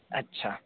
अच्छा